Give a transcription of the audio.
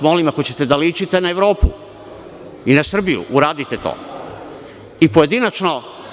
Molim vas, ako ćete da ličite na Evropu i na Srbiju, uradite to i pojedinačno.